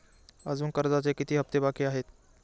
अजुन कर्जाचे किती हप्ते बाकी आहेत?